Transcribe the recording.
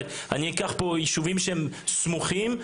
אני אקח פה יישובים שהם סמוכים.